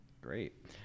Great